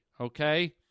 okay